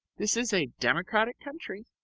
this is a democratic country.